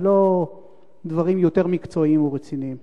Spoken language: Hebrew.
ולא דברים יותר מקצועיים ורציניים.